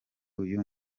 uyu